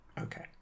Okay